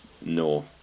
no